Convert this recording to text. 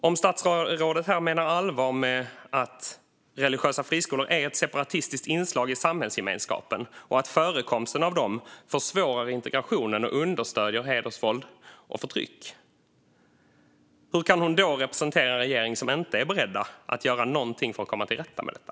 Om statsrådet menar allvar med att religiösa friskolor är ett separatistiskt inslag i samhällsgemenskapen och att förekomsten av dem försvårar integrationen och understöder hedersrelaterat våld och förtryck, hur kan hon då representera en regering som inte är beredd att göra någonting för att komma till rätta med detta?